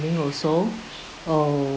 learning also oo